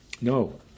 No